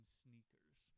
sneakers